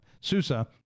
Susa